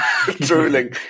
drooling